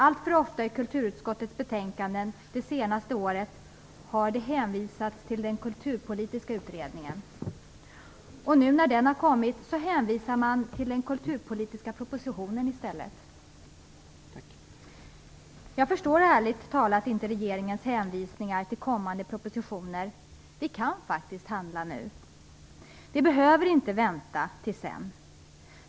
Alltför ofta i kulturutskottets betänkanden under det senaste året har det hänvisats till den kulturpolitiska utredningen. Nu när den har kommit hänvisar man till den kulturpolitiska propositionen i stället. Jag förstår ärligt talat inte regeringens hänvisningar till kommande propositioner. Vi kan faktiskt handla nu. Vi behöver inte vänta till sedan.